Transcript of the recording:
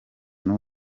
cyo